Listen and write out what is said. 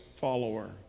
follower